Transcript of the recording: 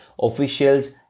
officials